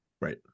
Right